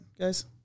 guys